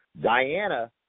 Diana